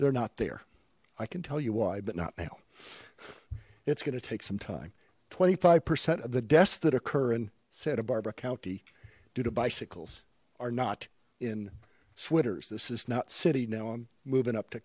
they're not there i can tell you why but not now it's gonna take some time twenty five percent of the deaths that occur in seda barbara county due to bicycles are not in sweaters this is not city now i'm moving up to